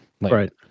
Right